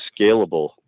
scalable